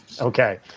Okay